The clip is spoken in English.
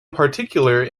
particular